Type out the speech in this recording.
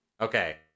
Okay